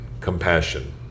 compassion